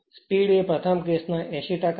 speed એ પ્રથમ case ના 80 છે